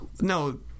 No